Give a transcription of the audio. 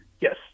Yes